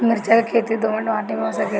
मिर्चा के खेती दोमट माटी में हो सकेला का?